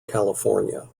california